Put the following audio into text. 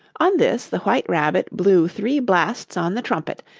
on this the white rabbit blew three blasts on the trumpet,